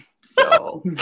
So-